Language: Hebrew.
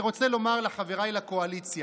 אני רוצה לומר לחבריי לקואליציה: